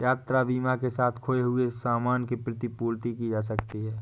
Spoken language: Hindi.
यात्रा बीमा के साथ खोए हुए सामान की प्रतिपूर्ति की जा सकती है